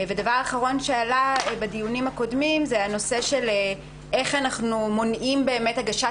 דבר אחרון שעלה בדיונים הקודמים הוא איך אנחנו מונעים הגשת